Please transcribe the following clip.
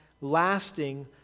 lasting